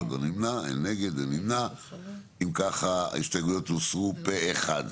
אם כך, ההסתייגויות הוסרו פה אחד.